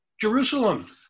Jerusalem